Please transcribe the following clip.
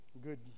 good